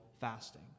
fasting